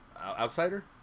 outsider